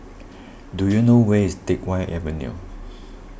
do you know where is Teck Whye Avenue